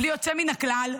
בלי יוצא מן הכלל,